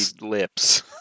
lips